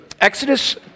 Exodus